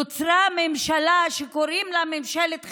נוצרה ממשלה שקוראים לה ממשלת חירום,